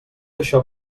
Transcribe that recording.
això